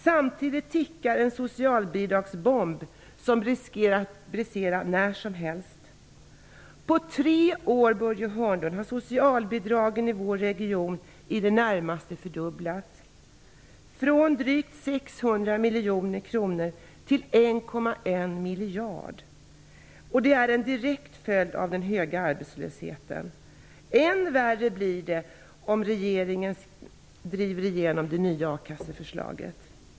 Samtidigt tickar en socialbidragsbomb som riskerar att brisera när som helst. På tre år, Börje Hörnlund, har socialbidragen i vår region i det närmaste fördubblats, från drygt 600 miljoner kronor till 1,1 miljarder. Det är en direkt följd av den höga arbetslösheten. Än värre blir det om regeringen driver igenom det nya a-kasse-förslaget.